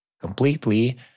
completely